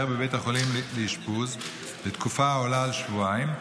בבית החולים לאשפוז לתקופה העולה על שבועיים,